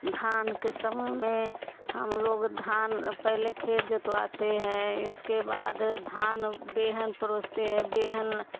धान के समय में हम लोग धान पहले खेत जोतते हैं इसके बाद धान बेहन परोसते हैं बेहन